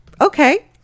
okay